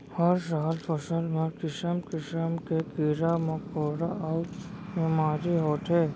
हर साल फसल म किसम किसम के कीरा मकोरा अउ बेमारी होथे